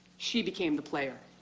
she became the player.